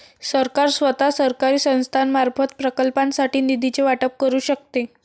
सरकार स्वतः, सरकारी संस्थांमार्फत, प्रकल्पांसाठी निधीचे वाटप करू शकते